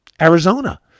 Arizona